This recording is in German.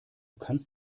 kannst